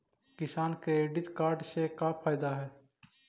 किसान credit card से का फायदा है?